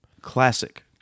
classic